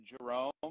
Jerome